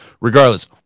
regardless